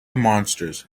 monsters